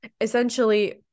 essentially